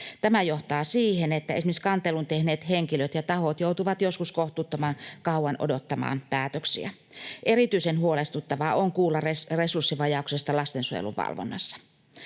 Tämä johtaa siihen, että esimerkiksi kantelun tehneet henkilöt ja tahot joutuvat joskus kohtuuttoman kauan odottamaan päätöksiä. Erityisen huolestuttavaa on kuulla resurssivajauksesta lastensuojelun valvonnassa.